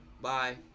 Bye